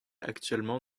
actuellement